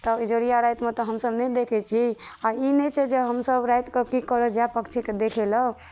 तऽ इजोरिया रातिमे तऽ हमसब नहि देखै छी आ ई नहि छै जे हमसब राति कऽ की करब जाहि पक्षीके देखलहुॅं